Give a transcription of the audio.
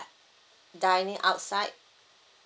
dining outside